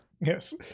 Yes